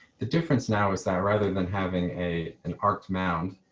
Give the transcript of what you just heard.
the difference now is that rather than having a an arc mound,